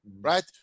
right